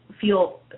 feel